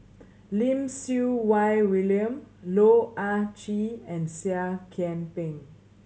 Lim Siew Wai William Loh Ah Chee and Seah Kian Peng